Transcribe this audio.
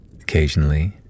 Occasionally